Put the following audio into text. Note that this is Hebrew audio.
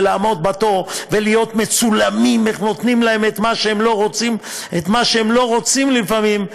ולעמוד בתור ולהיות מצולמים איך נותנים להם את מה שהם לא רוצים לפעמים,